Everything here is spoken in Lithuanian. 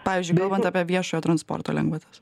pavyzdžiui kalbant apie viešojo transporto lengvatas